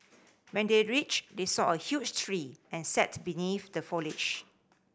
when they reached they saw a huge tree and sat beneath the foliage